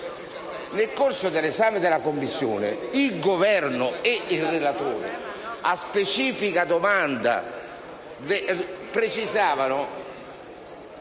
nel corso dell'esame in Commissione il Governo e il relatore, a specifica domanda se le parole